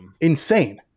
insane